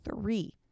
three